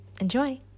Enjoy